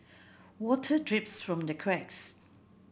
water drips from the cracks